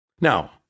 Now